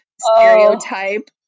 stereotype